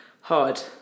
Hard